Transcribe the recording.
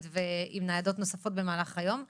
וניידות נוספות במהלך היום מוזמן.